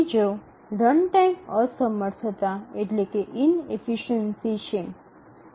બીજો રનટાઈમ અસમર્થતા છે